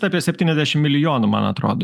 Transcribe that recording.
apie septyniasdešim milijonų man atrodo